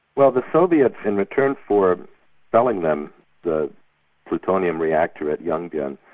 well the soviets in return for selling them the plutonium reactor at yongbyon,